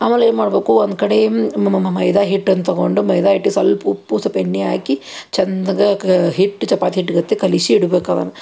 ಆಮೇಲೆ ಏನು ಮಾಡಬೇಕು ಒಂದು ಕಡೆ ಮೈದಾ ಹಿಟ್ಟನ್ನು ತೊಗೊಂಡು ಮೈದಾ ಹಿಟ್ಟಿಗೆ ಸಲ್ಪ ಉಪ್ಪು ಸಲ್ಪ ಎಣ್ಣಿ ಹಾಕಿ ಚಂದಾಗ ಕ ಹಿಟ್ಟು ಚಪಾತಿ ಹಿಟ್ಟು ಗತೆ ಕಲಿಸಿ ಇಡಬೇಕು ಅವನ್ನು